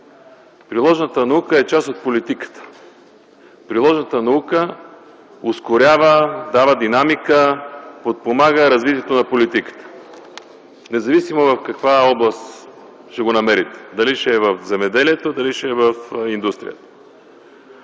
Приложната наука е част от политиката. Приложната наука ускорява, дава динамика, подпомага развитието на политиката, независимо в каква област ще го намерите – дали ще е в земеделието, дали ще е в индустрията.